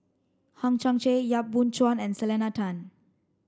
Hang Chang Chieh Yap Boon Chuan and Selena Tan